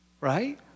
right